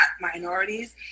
minorities